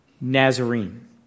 Nazarene